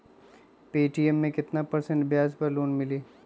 Paytm मे केतना percent ब्याज पर लोन मिली?